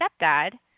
stepdad